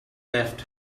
left